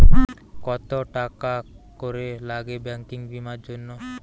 কত টাকা করে লাগে ব্যাঙ্কিং বিমার জন্য?